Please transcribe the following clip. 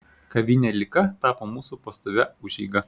kavinė lika tapo mūsų pastovia užeiga